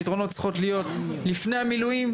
הפתרונות צריכים להיות לפני המילואים,